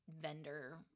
vendor